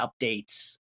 updates